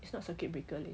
it's not circuit breaker leh